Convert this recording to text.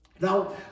Now